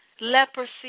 leprosy